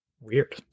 Weird